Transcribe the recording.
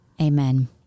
Amen